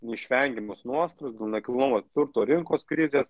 neišvengiamus nuostolius dėl nekilnojamo turto rinkos krizės